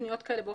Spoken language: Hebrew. ועל